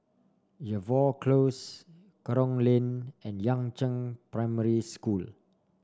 Jervois Close Kerong Lane and Yangzheng Primary School